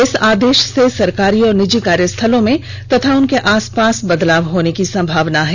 इस आदेश से सरकारी और निजी कार्यस्थलों में तथा उनके आसपास बदलाव होने की संभावना है